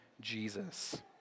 Jesus